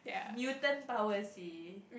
Newton power sia